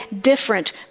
different